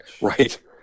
Right